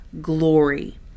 glory